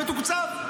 מתוקצב.